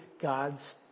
God's